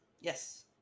Yes